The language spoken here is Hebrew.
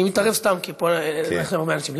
אני מתערב, סתם, כי אין פה הרבה אנשים.